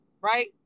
right